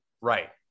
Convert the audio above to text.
Right